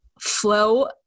flow